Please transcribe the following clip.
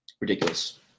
Ridiculous